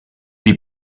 die